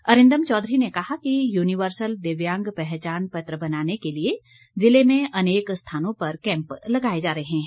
अरिंदम चौधरी ने कहा कि यूनिवर्सल दिव्यांग पहचान पत्र बनाने के लिए जिले में अनेक स्थानों पर कैंप लगाए जा रहे हैं